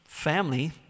family